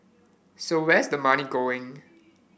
so where's the money going